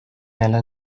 الان